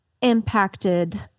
impacted